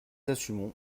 assumons